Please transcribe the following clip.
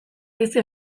bizi